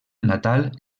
natal